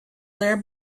their